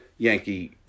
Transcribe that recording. Yankee